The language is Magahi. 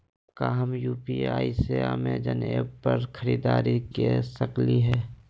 का हम यू.पी.आई से अमेजन ऐप पर खरीदारी के सकली हई?